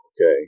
Okay